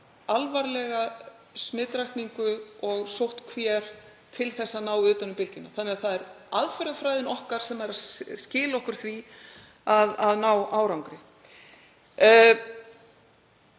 alvarlega smitrakningu og sóttkví til að ná utan um bylgjuna. Það er aðferðafræðin okkar sem er að skila okkur því að ná árangri.